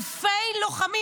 אלפי לוחמים,